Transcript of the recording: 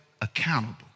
accountable